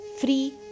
free